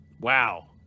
Wow